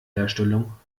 herstellung